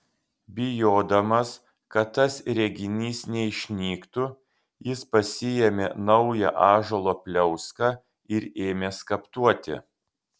bijodamas kad tas reginys neišnyktų jis pasiėmė naują ąžuolo pliauską ir ėmė skaptuoti